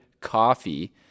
coffee